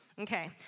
Okay